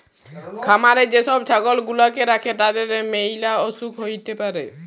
খামারে যে সব ছাগল গুলাকে রাখে তাদের ম্যালা অসুখ হ্যতে পারে